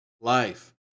life